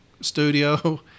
studio